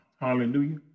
Hallelujah